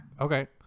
Okay